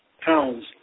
pounds